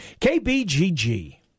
KBGG